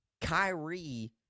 Kyrie